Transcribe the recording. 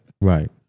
Right